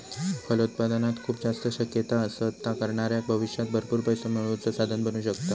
फलोत्पादनात खूप जास्त शक्यता असत, ता करणाऱ्याक भविष्यात भरपूर पैसो मिळवुचा साधन बनू शकता